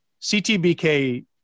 CTBK